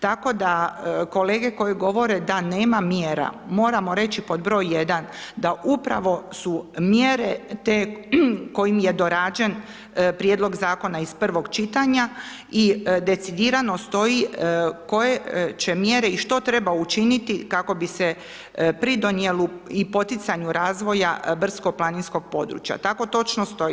Tako da kolege koje govore da nema mjera, moramo reći pod broj jedan, da upravo su mjere te kojim je dorađen prijedlog Zakona iz prvog čitanja i decidirano stoji koje će mjere i što treba učiniti kako bi se pridonijelo i poticanju razvoja brdsko planinskog područja, tako točno stoji.